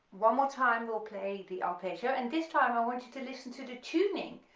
one more time we'll play the arpeggio, and this time i want you to listen to the tuning,